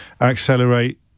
accelerate